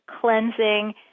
cleansing